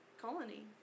colony